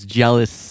jealous